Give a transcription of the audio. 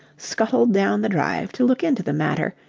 scuttled down the drive to look into the matter,